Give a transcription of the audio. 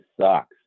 sucks